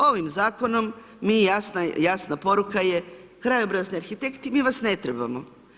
Ovim zakonom, jasna poruka je, krajobrazni arhitekti, mi vas ne trebamo.